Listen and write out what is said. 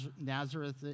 Nazareth